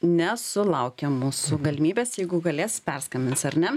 nesulaukė mūsų galimybės jeigu galės perskambins ar ne